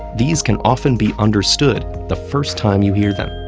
these can often be understood the first time you hear them.